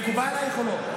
מקובל עלייך או לא?